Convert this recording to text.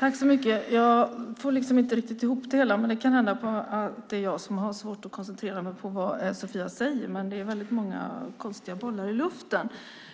Herr talman! Jag får inte riktigt ihop det hela. Det kan hända att det är jag som har svårt att koncentrera mig på vad Sofia säger. Det är väldigt många konstiga bollar i luften.